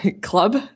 club